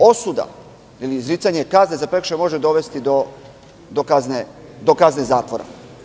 Osuda ili izricanje kazne može dovesti do kazne zatvora.